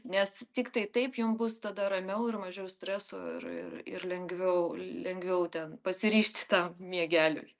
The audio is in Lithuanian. nes tiktai taip jum bus tada ramiau ir mažiau streso ir ir ir lengviau lengviau ten pasiryžti tam miegeliui